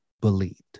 believed